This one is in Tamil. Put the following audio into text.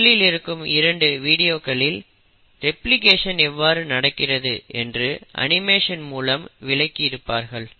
முதலில் இருக்கும் 2 வீடியோக்களில் ரெப்ளிகேஷன் எவ்வாறு நடக்கிறது என்று அனிமேஷன் மூலம் விளக்கி இருப்பார்கள்